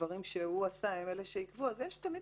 הדברים שהוא עשה באמת עיכבו אז יש תמיד